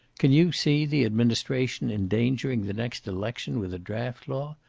can you see the administration endangering the next election with a draft law?